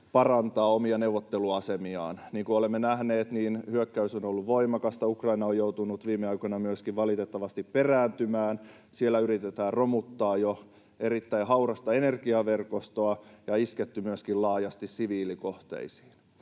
parantaa omia neuvotteluasemiaan. Niin kuin olemme nähneet, hyökkäys on ollut voimakasta, Ukraina on joutunut viime aikoina myöskin valitettavasti perääntymään. Siellä yritetään romuttaa jo erittäin haurasta energiaverkostoa ja on isketty myöskin laajasti siviilikohteisiin.